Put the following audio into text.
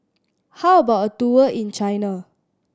how about a tour in China